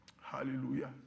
Hallelujah